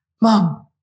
mom